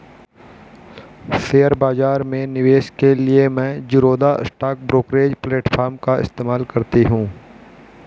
share बाजार में निवेश के लिए मैं ज़ीरोधा स्टॉक ब्रोकरेज प्लेटफार्म का प्रयोग करती हूँ